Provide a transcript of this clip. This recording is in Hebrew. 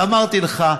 ואמרתי לך,